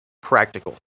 practical